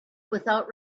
without